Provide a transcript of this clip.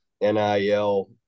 NIL